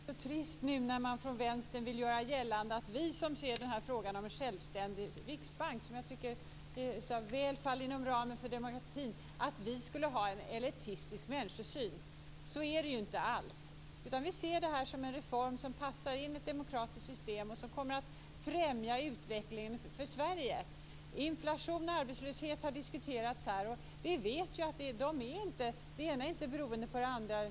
Fru talman! Jag tycker att det är väldigt tråkigt och trist när man nu från Vänstern vill göra gällande att vi som ser positivt på en självständig riksbank, något som jag tycker väl faller inom ramen för demokratin, skulle ha en elitistisk människosyn. Så är det inte alls. Vi ser det här som reform som passar in i ett demokratiskt system och som kommer att främja utvecklingen för Sverige. Inflation och arbetslöshet har diskuterats här. Vi vet ju att det ena inte är beroende av det andra.